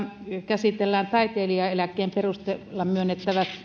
käsitellään taiteilijaeläkkeen perusteella myönnettävä